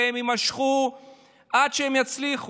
והם יימשכו עד שהם יצליחו.